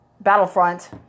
Battlefront